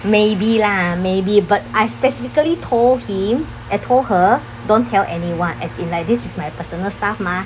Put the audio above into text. maybe lah maybe but I specifically told him eh I told her don't tell anyone as in like this is my personal stuff mah